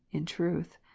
in truth?